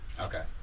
Okay